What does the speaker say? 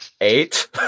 Eight